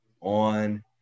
on